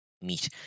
meet